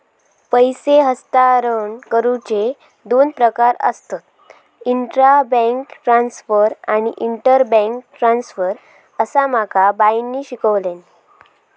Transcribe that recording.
पैसे हस्तांतरण करुचे दोन प्रकार आसत, इंट्रा बैंक ट्रांसफर आणि इंटर बैंक ट्रांसफर, असा माका बाईंनी शिकवल्यानी